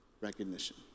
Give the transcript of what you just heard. recognition